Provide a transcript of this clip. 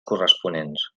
corresponents